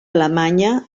alemanya